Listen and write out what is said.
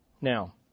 Now